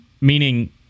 meaning